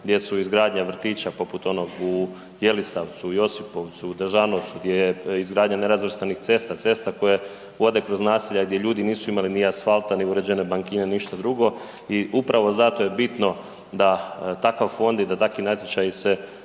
gdje su izgradnja vrtića, poput onog u Jelisavcu, u Josipovcu u Držanovcu, gdje je izgradnja nerazvrstanih cesta, cesta koje vode kroz naselja gdje ljudi nisu imali ni asfalta, ni uređene bankine ni ništa drugo i upravo zato je bitno da takav fond i da takvi natječaji se